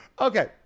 Okay